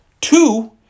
two